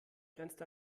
grenzt